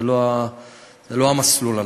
זה לא המסלול הנכון.